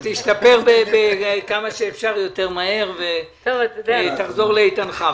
תשתפר כמה שאפשר יותר מהר ותחזור לאיתנך.